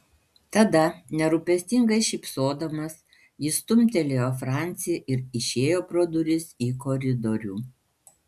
tada nerūpestingai šypsodamas jis stumtelėjo francį ir išėjo pro duris į koridorių